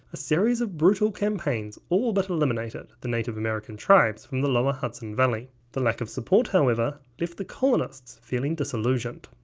a series of brutal campaigns all but eliminated the native american tribes from the lower hudson valley. the lack of support however left the colonists disillusioned.